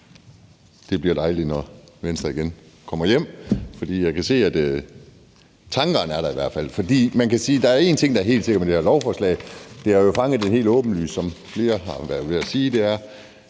det bliver dejligt, når Venstre igen kommer hjem, for jeg kan se, at tankerne i hvert fald er der. Man kan sige, at der er én ting, der er helt sikkert med det her lovforslag, og det er, at der reelt er regler, vi har sat ned, og